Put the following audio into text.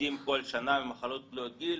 מתים כל שנה ממחלות תלויות גיל,